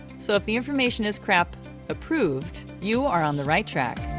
so if the information is craap approved you are on the right track.